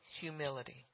humility